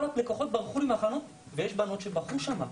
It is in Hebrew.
כל הלקוחות ברחו לי מהחנות ויש בנות שבכו שם,